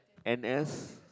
n_s